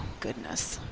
goodness.